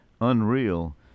unreal